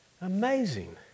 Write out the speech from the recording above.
amazing